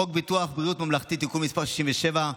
חוק ביטוח בריאות ממלכתי (תיקון מס' 67),